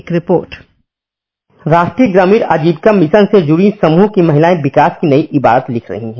एक रिपोर्ट र्राष्ट्रीय ग्रामीण आजीविका से जुड़ी समूह की महिलाएं विकास की नयी इबारत लिख रही हैं